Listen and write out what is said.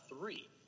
three